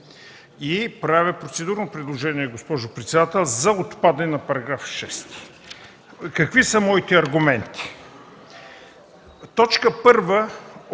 и правя процедурно предложение, госпожо председател, за отпадане на този параграф. Какви са моите аргументи? Точка 1